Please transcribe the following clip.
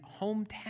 hometown